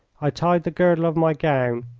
i tied the girdle of my gown,